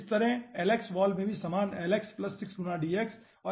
इसी तरह lx wall में भी समान lx प्लस 6 गुणा dx है